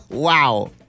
Wow